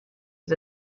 his